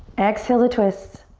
exhale to twist.